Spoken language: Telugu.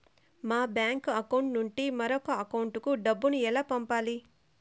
మా బ్యాంకు అకౌంట్ నుండి మరొక అకౌంట్ కు డబ్బును ఎలా పంపించాలి